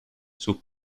sus